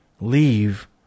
leave